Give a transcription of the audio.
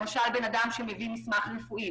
למשל אדם שמביא מסמך רפואי,